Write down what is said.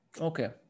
Okay